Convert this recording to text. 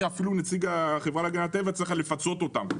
אומר אפילו נציג החברה להגנת טבע שצריך היה לפצות אותם.